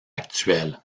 actuel